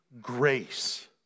grace